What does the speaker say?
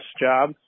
job